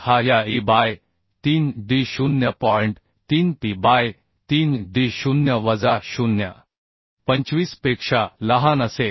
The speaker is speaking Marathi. हा या आह उम E by 3 D 0 P by 3 D 0 वजा 0 पेक्षा लहान असेल